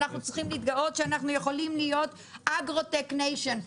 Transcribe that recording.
אנחנו יכולים להיות גם אגרוטק ניישן,